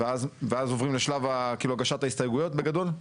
ואז עובדים לשלב הגשת ההסתייגויות בגדול?